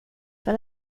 för